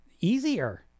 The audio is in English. easier